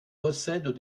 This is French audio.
possèdent